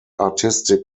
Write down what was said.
artistic